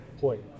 point